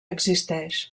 existeix